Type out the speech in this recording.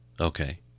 Okay